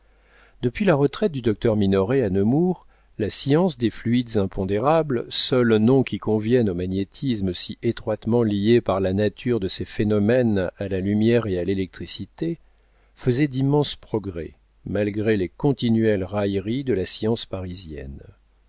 depuis la retraite du docteur minoret à nemours la science des fluides impondérables seul nom qui convienne au magnétisme si étroitement lié par la nature de ses phénomènes à la lumière et à l'électricité faisait d'immenses progrès malgré les continuelles railleries de la science parisienne